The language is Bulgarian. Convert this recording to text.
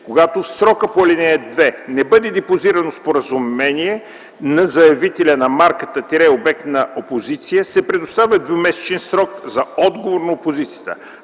Когато в срока по ал. 2 не бъде депозирано споразумение, на заявителя на марката - обект на опозиция, се предоставя двумесечен срок за отговор на опозицията.